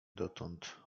dotąd